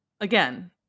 again